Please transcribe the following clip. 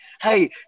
Hey